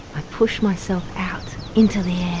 i push myself out into the